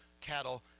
cattle